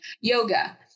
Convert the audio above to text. Yoga